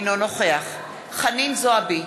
אינו נוכח חנין זועבי,